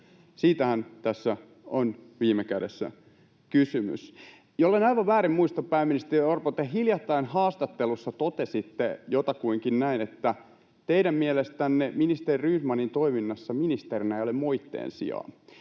Siitähän tässä on viime kädessä kysymys. Jollen aivan väärin muista, pääministeri Orpo, te hiljattain haastattelussa totesitte jotakuinkin näin, että teidän mielestänne ministeri Rydmanin toiminnassa ministerinä ei ole moitteen sijaa.